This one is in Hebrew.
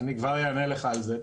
אני כבר אענה לך על זה.